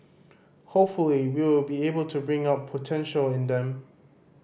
hopefully we will be able to bring out potential in them